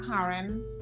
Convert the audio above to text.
karen